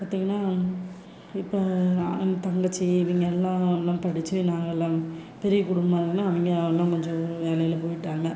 பார்த்திங்கன்னா இப்போ நான் தங்கச்சி இவங்கெல்லாம் ஒன்னாக படித்து நாங்கள் எல்லாம் பெரிய குடும்பமாக இருந்தோடன அவங்க எல்லாம் கொஞ்சம் வேலையில் போய்ட்டாங்க